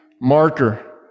marker